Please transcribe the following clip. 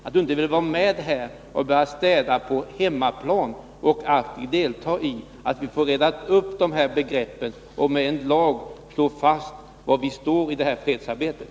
Då är det väldigt beklagligt att Lennart Pettersson inte vill vara med och börja städa på hemmaplan, se till att vi får reda upp de här begreppen och i en lag slå fast var vi står i fredsarbetet.